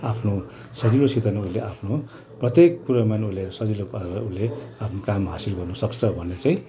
आफ्नो सजिलोसित नै उसले आफ्नो प्रत्येक कुरामा नै उसले सजिलो पाराले उसले आफ्नो काम हासिल गर्नु सक्छ भन्ने चाहिँ